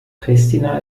pristina